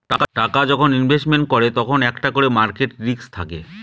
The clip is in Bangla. টাকা যখন ইনভেস্টমেন্ট করে তখন একটা করে মার্কেট রিস্ক থাকে